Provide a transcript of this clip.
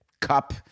cup